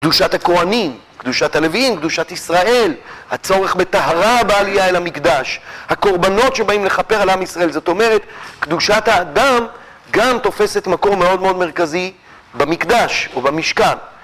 קדושת הכהנים, קדושת הלווים, קדושת ישראל, הצורך בטהרה בעלייה אל המקדש, הקורבנות שבאים לכפר על עם ישראל, זאת אומרת, קדושת האדם גם תופסת מקור מאוד מאוד מרכזי במקדש ובמשכן.